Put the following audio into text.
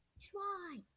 Try